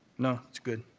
no. it's good.